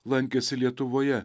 lankėsi lietuvoje